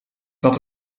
dat